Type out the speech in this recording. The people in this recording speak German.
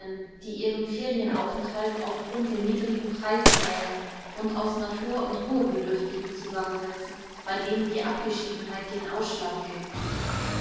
die ihren ferienaufenthalt auf grund der niedrigen preise wählen und aus natur und ruhebedürftigen zusammensetzen bei denen die abgeschiedenheit den ausschlag gibt